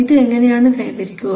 ഇത് എങ്ങനെയാണ് കൈവരിക്കുക